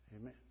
Amen